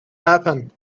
happen